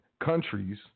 Countries